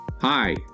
Hi